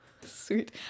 sweet